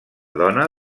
dona